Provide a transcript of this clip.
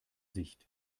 sicht